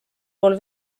pool